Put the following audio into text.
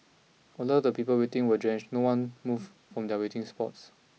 although the people waiting are drenched no one moved from their waiting spots